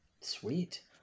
Sweet